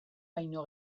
baino